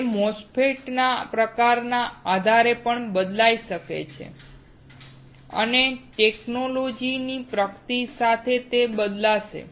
તે MOSFET ના પ્રકારને આધારે પણ બદલાઈ શકે છે અને ટેકનોલોજીની પ્રગતિ સાથે તે બદલાશે